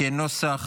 אינו נוכח,